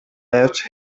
left